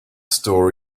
story